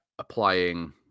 applying